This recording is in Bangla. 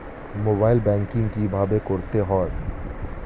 মোবাইল ব্যাঙ্কিং কীভাবে করতে হয়?